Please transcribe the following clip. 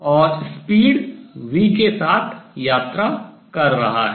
और speed चाल v के साथ travel यात्रा कर रहा है